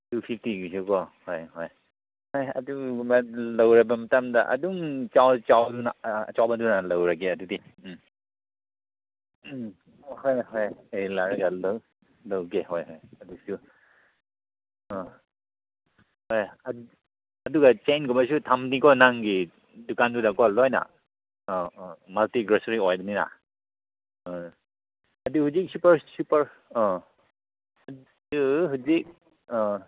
two ꯐꯤꯞꯇꯤꯒꯤꯁꯨꯀꯣ ꯍꯣꯏ ꯍꯣꯏ ꯍꯣꯏ ꯑꯗꯨꯒꯨꯝꯕ ꯂꯧꯔꯕ ꯃꯇꯝꯗ ꯑꯗꯨꯝ ꯆꯥꯎ ꯆꯥꯎꯗꯅ ꯑꯆꯧꯕꯗꯨꯅ ꯂꯧꯔꯒꯦ ꯑꯗꯨꯗꯤ ꯎꯝ ꯎꯝ ꯍꯣꯏ ꯍꯣꯏ ꯍꯌꯦꯡ ꯂꯥꯀꯑꯒ ꯂꯧꯒꯦ ꯍꯣꯏ ꯍꯣꯏ ꯑꯗꯨꯁꯨ ꯑ ꯍꯣꯏ ꯑꯗꯨꯒ ꯆꯦꯡꯒꯨꯝꯕꯁꯨ ꯊꯝꯅꯤꯀꯣ ꯅꯪꯒꯤ ꯗꯨꯀꯥꯟꯗꯨꯗꯀꯣ ꯂꯣꯏꯅ ꯑꯧ ꯑꯧ ꯃꯜꯇꯤ ꯒ꯭ꯔꯣꯁꯔꯤ ꯑꯣꯏꯕꯅꯤꯅ ꯑ ꯑꯗꯨꯒꯗꯤ ꯁꯨꯄꯔ ꯑꯣ ꯑꯗꯨ ꯍꯧꯖꯤꯛ ꯑ